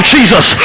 Jesus